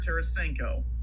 Tarasenko